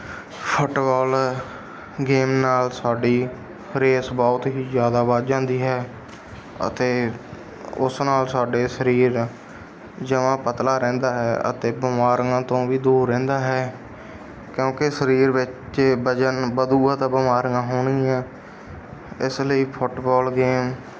football game ਨਾਲ ਸਾਡੀ ਰੇਸ ਬਹੁਤ ਹੀ ਜ਼ਿਆਦਾ ਵੱਧ ਜਾਂਦੀ ਹੈ ਅਤੇ ਉਸ ਨਾਲ ਸਾਡੇ ਸਰੀਰ ਜਮ੍ਹਾਂ ਪਤਲਾ ਰਹਿੰਦਾ ਹੈ ਅਤੇ ਬਿਮਾਰੀਆਂ ਤੋਂ ਵੀ ਦੂਰ ਰਹਿੰਦਾ ਹੈ ਕਿਉਂਕਿ ਸਰੀਰ ਵਿੱਚ ਵਜਨ ਵਧੇਗਾ ਤਾਂ ਬਿਮਾਰੀਆਂ ਹੋਣਗੀਆਂ ਇਸ ਲਈ ਫੁੱਟਬੋਲ ਗੇਮ